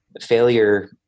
failure